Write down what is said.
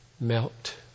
melt